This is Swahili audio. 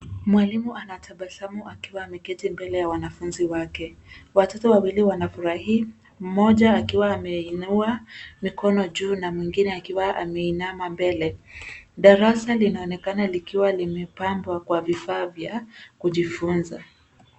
Mwalimu anatabasamu akiwa ameketi mbele ya wanafunzi wake. Watoto wawili wanafurahi mmoja akiwa ameinua mikono juu, na mwingine akiwa ameinama mbele. Darasa linaonekana likiwa limepambwa kwa vifaa vya kujifunza.